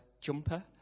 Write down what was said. jumper